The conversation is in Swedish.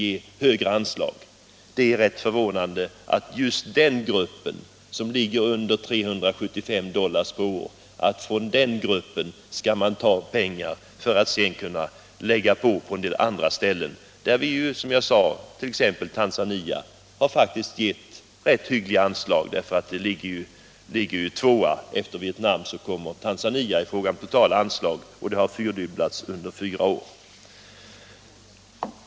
Det är förvånande att socialdemokraterna föreslår att just från den grupp som ligger under 375 dollar per år ta pengar för att ge till andra länder, som faktiskt får rätt hyggliga anslag. Det gäller t.ex. Tanzania som ligger tvåa efter Vietnam när det gäller totalanslag, och anslaget har fyrdubblats på fyra år.